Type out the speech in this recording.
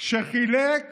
וחילק